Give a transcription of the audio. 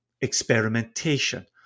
experimentation